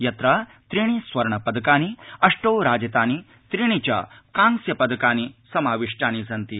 तत्र त्रीणि स्वर्ण पदकानि अष्टौ राजतानि त्रीणि च कांस्य पदकानि समाविष्टानि सन्ति